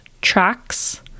tracks